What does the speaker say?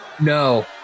No